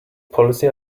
policy